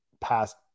past